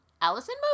Allison